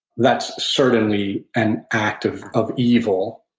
that's certainly an act of of evil,